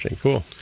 Cool